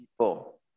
people